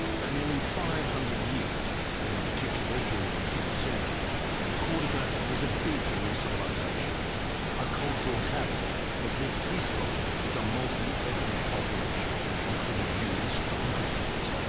for nearly five hundred years and in particular during the tenth century cordoba was a beacon of civilization a cultural capital that lived peacefully with a multi-ethnic population including jews and christians